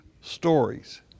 stories